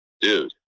Dude